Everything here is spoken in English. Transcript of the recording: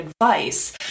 advice